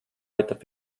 aitab